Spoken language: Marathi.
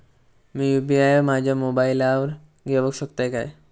मी यू.पी.आय माझ्या मोबाईलावर घेवक शकतय काय?